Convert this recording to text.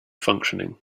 functioning